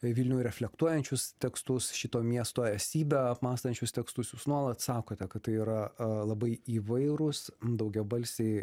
vilnių reflektuojančius tekstus šito miesto esybę apmąstančius tekstus jūs nuolat sakote kad tai yra a labai įvairūs daugiabalsiai